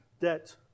debt